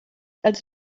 als